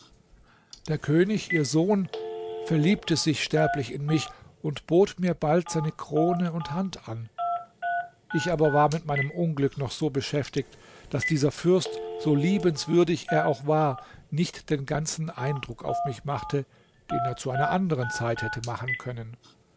der könig ihr sohn verliebte sich sterblich in mich und bot mir bald seine krone und hand an ich aber war mit meinem unglück noch so beschäftigt daß dieser fürst so liebenswürdig er auch war nicht den ganzen eindruck auf mich machte den er zu einer anderen zeit hätte machen können